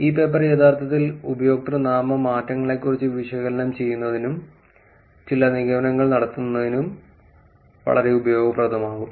ഈ പേപ്പർ യഥാർത്ഥത്തിൽ ഉപയോക്തൃനാമ മാറ്റങ്ങളെക്കുറിച്ച് വിശകലനം ചെയ്യുന്നതിനും ചില നിഗമനങ്ങൾ നടത്തുന്നതിനും പോലും വളരെ ഉപയോഗപ്രദമാകും